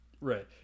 Right